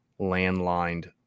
landlined